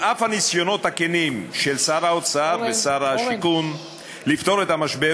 על אף הניסיונות הכנים של שר האוצר ושר הבינוי והשיכון לפתור את המשבר,